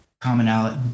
commonality